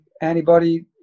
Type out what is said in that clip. antibody